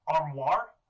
armoire